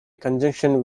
conjunction